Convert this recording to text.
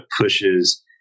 pushes